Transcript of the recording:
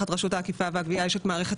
תחת רשות האכיפה והגבייה יש את מערכת